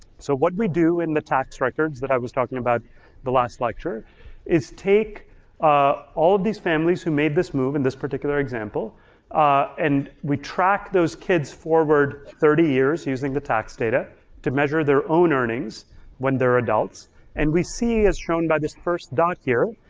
so what we do in the tax records that i was talking about the last lecture is take ah all these families who made this move in this particular example and we track those kids forward thirty years using the tax data to measure their own earnings when they're adults and we see, as shown by this first doc here,